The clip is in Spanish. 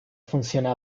funciona